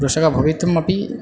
कृषकः भवितुम् अपि